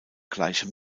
gleichem